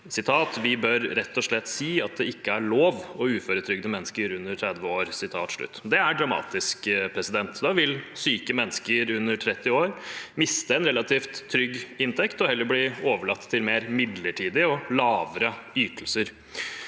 «Vi bør rett og slett si at det ikke er lov å uføretrygde mennesker under 30 år.» Det er dramatisk. Da vil syke mennesker under 30 år miste en relativt trygg inntekt og heller bli overlatt til mer midlertidige og lavere ytelser.